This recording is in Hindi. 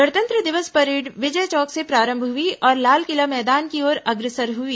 गणतंत्र दिवस परेड़ विजय चौक से प्रारंभ हुई और लालकिला मैदान की ओर अग्रसर हुई